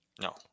No